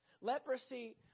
Leprosy